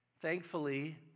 Thankfully